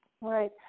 Right